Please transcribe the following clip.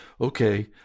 okay